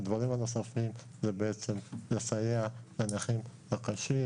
הדברים הנוספים הם לסייע לנכים הקשים